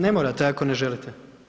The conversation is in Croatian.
Ne morate ako ne želite.